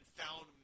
found